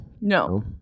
No